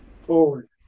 forward